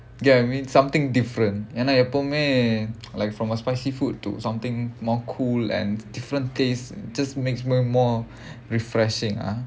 you get what I mean something different ஏனா எப்போவுமே:yaenaa eppovumae like from a spicy food to something more cool and different taste just makes me more refreshing ah